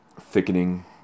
thickening